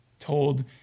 told